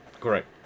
Correct